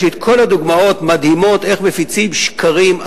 יש לי כל הדוגמאות המדהימות איך מפיצים שקרים,